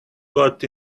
got